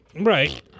Right